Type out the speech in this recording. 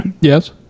Yes